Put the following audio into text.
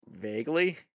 vaguely